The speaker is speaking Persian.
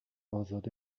ازاده